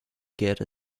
get